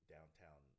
Downtown